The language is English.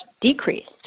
decreased